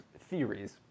theories